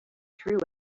true